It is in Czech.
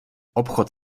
obchod